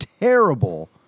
terrible